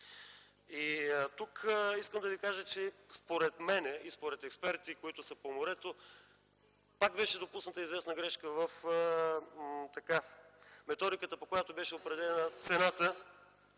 И тук искам да Ви кажа, че според мен и според експертите, които са по морето, пак беше допусната известна грешка в методиката, по която беше определена цената